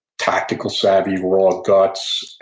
tactical savvy, raw guts,